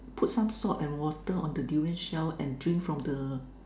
put some salt and water on the durian shell and drink from the